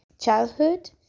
childhood